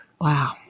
Wow